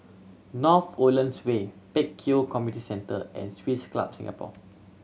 North Woodlands Way Pek Kio Community Centre and Swiss Club Singapore